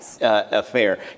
affair